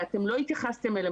שאתם לא התייחסתן אליהן,